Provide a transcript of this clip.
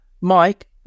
Mike